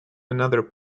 another